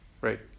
right